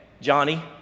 Johnny